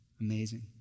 Amazing